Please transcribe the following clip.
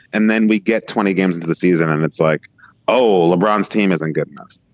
and then we get twenty games into the season and it's like oh lebron is team isn't good enough.